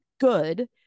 good